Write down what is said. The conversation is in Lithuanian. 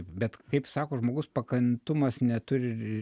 bet kaip sako žmogaus pakantumas neturi